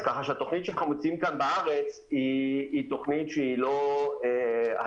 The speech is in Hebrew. התוכנית שאנחנו מציעים כאן בארץ היא תוכנית לא הזויה,